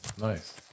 nice